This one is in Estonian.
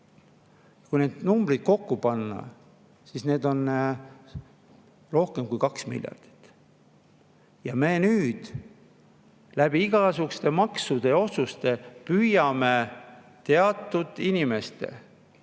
Kui need numbrid kokku panna, siis need on rohkem kui 2 miljardit eurot. Me püüame nüüd läbi igasuguste maksude ja otsuste teatud inimeste,